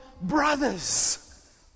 brothers